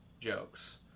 jokes